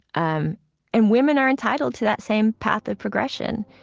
um and women are entitled to that same path of progression,